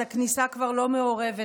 אז הכניסה כבר לא מעורבת,